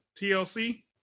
TLC